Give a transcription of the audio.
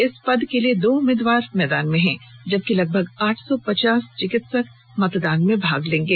इस पद के लिए दो उम्मीदवार मैदान में हैं जबकि लगभग आठ सौ पचास चिकित्सक मतदान में भाग लेंगे